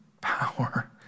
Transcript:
power